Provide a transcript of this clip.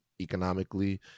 economically